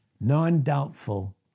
non-doubtful